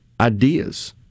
ideas